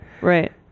right